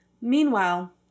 Meanwhile